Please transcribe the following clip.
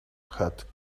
had